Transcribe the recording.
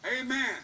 Amen